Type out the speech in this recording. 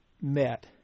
met